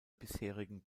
bisherigen